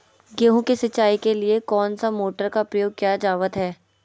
गेहूं के सिंचाई के लिए कौन सा मोटर का प्रयोग किया जावत है?